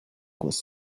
was